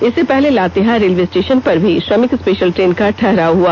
इससे पहले Latehar railway station पर भी श्रमिक स्पेषल ट्रेन का ठहराव हुआ